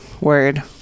Word